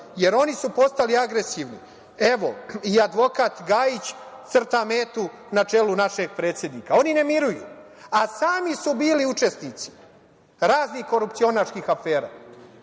jer oni su postali agresivni. Evo i advokat Gajić crta metu na čelu našeg predsednika. Oni ne miruju, a sami su bili učesnici raznih korupcionaških afera.